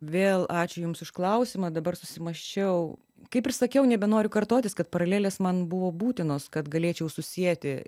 vėl ačiū jums už klausimą dabar susimąsčiau kaip ir sakiau nebenoriu kartotis kad paralelės man buvo būtinos kad galėčiau susieti